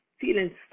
Feeling